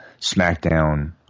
SmackDown